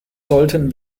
sollten